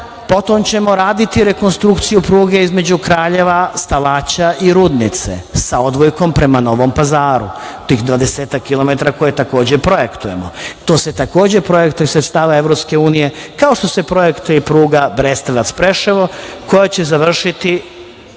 Bar. Potom ćemo raditi rekonstrukciju pruge između Kraljeva, Stalaća i Rudnice sa odvojkom prema Novom Pazaru, tih dvadesetak kilometara koje takođe projektujemo. To se takođe projektuje iz sredstava EU, kao što se projektuje i pruga Brestovac – Preševo, koja će završiti